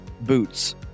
Boots